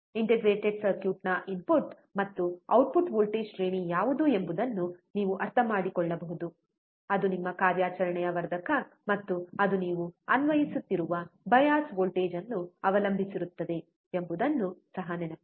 integrated ಸರ್ಕ್ಯೂಟ್ನ input ಮತ್ತು output voltage ಶ್ರೇಣಿ ಯಾವುದು ಎಂಬುದನ್ನು ನೀವು ಅರ್ಥಮಾಡಿಕೊಳ್ಳಬಹುದು ಅದು ನಿಮ್ಮ ಕಾರ್ಯಾಚರಣೆಯ ವರ್ಧಕ ಮತ್ತು ಅದು ನೀವು ಅನ್ವಯಿಸುತ್ತಿರುವ ಬಯಾಸ್ ವೋಲ್ಟೇಜ್ ಅನ್ನು ಅವಲಂಬಿಸಿರುತ್ತದೆ ಎಂಬುದನ್ನು ಸಹ ನೆನಪಿಡಿ